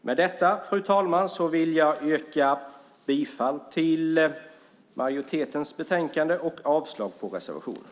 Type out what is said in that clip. Med detta, fru talman, vill jag yrka bifall till majoritetens förslag i betänkandet och avslag på reservationen.